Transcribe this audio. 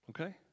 okay